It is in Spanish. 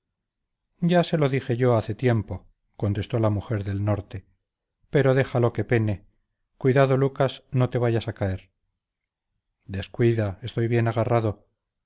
ya te lo dije yo hace tiempo contestó la mujer del norte pero déjalo que pene cuidado lucas no te vayas a caer descuida estoy bien agarrado